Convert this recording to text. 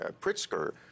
Pritzker